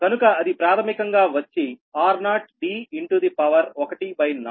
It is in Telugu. కనుక అది ప్రాథమికంగా వచ్చి r0 d in to the power 1బై 4